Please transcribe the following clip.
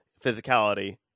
physicality